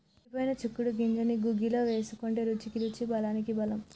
ఎండిపోయిన చిక్కుడు గింజల్ని గుగ్గిళ్లు వేసుకుంటే రుచికి రుచి బలానికి బలం